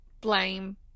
blame